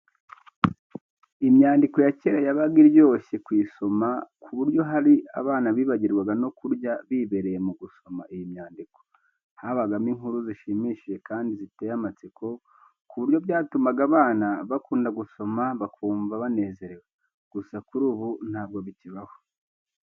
Imyandiko ya cyera yabaga iryoshye kuyisoma ku buryo hari abana bibagirwaga no kurya bibereye mu gusoma iyi myandiko. Habagamo inkuru zishimishije kandi ziteye amatsiko, ku buryo byatumaga abana bakunda gusoma bakumva banezerewe. Gusa kuri ubu ntabwo bikibaho.